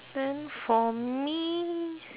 then for me